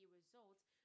results